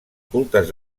cultes